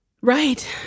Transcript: Right